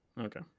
Okay